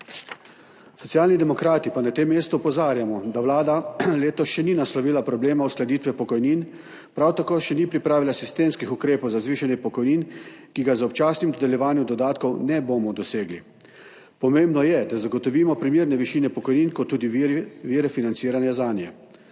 Socialni demokrati pa na tem mestu opozarjamo, da Vlada letos še ni naslovila problema uskladitve pokojnin, prav tako še ni pripravila sistemskih ukrepov za zvišanje pokojnin, ki ga z občasnim dodeljevanjem dodatkov ne bomo dosegli. Pomembno je, da zagotovimo primerne višine pokojnin ter tudi vire financiranja zanje.